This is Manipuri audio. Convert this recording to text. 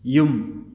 ꯌꯨꯝ